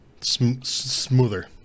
smoother